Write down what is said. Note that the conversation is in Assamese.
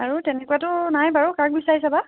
আৰু তেনেকুৱাতো নাই বাৰু কাক বিছাৰিছে বা